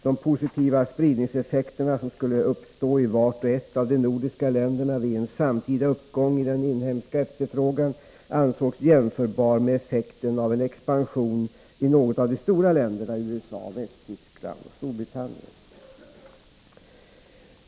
De positiva spridningseffekter som skulle uppstå i vart och ett av de nordiska länderna vid en samtida uppgång i den inhemska efterfrågan ansågs jämförbar med effekten av en expansion i något av de stora länderna — USA, Västtyskland eller Storbritannien.